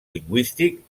lingüístic